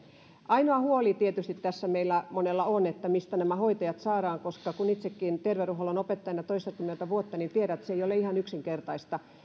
ainoa huoli tietysti tässä meillä monella on mistä nämä hoitajat saadaan kun itsekin olen ollut terveydenhuollon opettajana toistakymmentä vuotta niin tiedän että se ei ole ihan yksinkertaista jo tähän